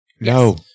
no